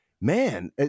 man